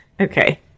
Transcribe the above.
Okay